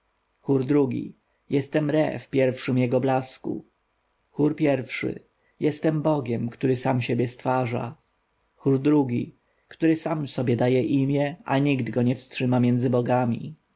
ii jestem re w pierwszym jego blasku chór i jestem bogiem który sam siebie stwarza chór ii który sam sobie daje imię a nikt go nie wstrzyma między bogami